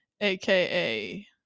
aka